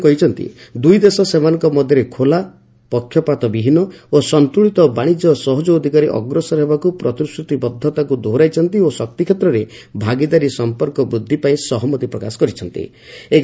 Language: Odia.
ପ୍ରଧାନମନ୍ତ୍ରୀ ପୁଣି କହିଛନ୍ତି ଦୁଇଦେଶ ସେମାନଙ୍କ ମଧ୍ୟରେ ଖୋଲା ପକ୍ଷପାତବିହୀନ ଓ ସନ୍ତୁଳିତ ବାଣିଜ୍ୟ ସହଯୋଗ ଦିଗରେ ଅଗ୍ରସର ହେବାକୁ ପ୍ରତିଶ୍ରତିବଦ୍ଧତାକୁ ଦୋହରାଇଛନ୍ତି ଓ ଶକ୍ତିକ୍ଷେତ୍ରରେ ଭାଗିଦାରୀ ସମ୍ପର୍କ ବୃଦ୍ଧି ପାଇଁ ସହମତି ପ୍ରକାଶ କରିଛନ୍ତି